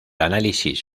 análisis